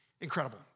Incredible